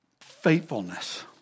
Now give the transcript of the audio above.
Faithfulness